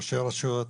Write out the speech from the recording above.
ראשי רשויות,